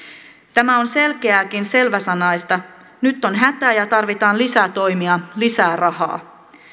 tämä on selkeääkin selväsanaisempaa nyt on hätä ja tarvitaan lisätoimia lisää rahaa